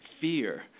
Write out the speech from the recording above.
fear